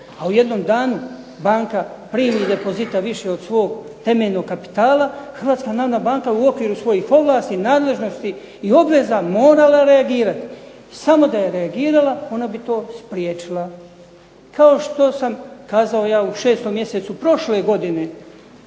a u jednom danu banka primi depozita više od svog temeljnog kapitala, Hrvatska narodna banka u okviru svojih ovlasti, nadležnosti i obveza morala je reagirati. Samo da je reagirala ona bi to spriječila. Kao što sam kazao ja u 6. mjesecu prošle godine